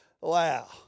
Wow